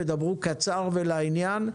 תדברו קצר ולעניין,